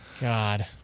God